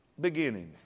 beginning